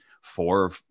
four